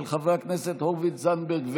של חברי הכנסת הורוביץ, זנדברג וגולן.